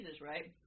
right